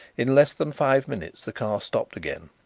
in less than five minutes the car stopped again,